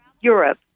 Europe